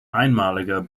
einmaliger